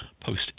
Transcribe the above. post